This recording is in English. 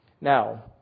Now